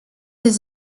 des